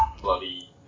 bloody